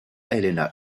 helena